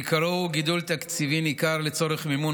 עיקרו הוא גידול תקציבי ניכר לצורך מימון